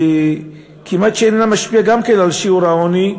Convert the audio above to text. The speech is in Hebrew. הוא כמעט שאינו משפיע גם כן על שיעור העוני.